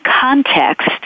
context